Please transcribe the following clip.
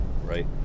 right